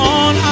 on